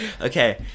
Okay